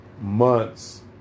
months